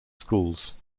schools